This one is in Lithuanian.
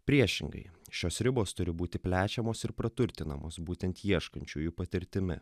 priešingai šios ribos turi būti plečiamos ir praturtinamos būtent ieškančiųjų patirtimi